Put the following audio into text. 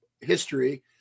history